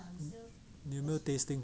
你有没有 tasting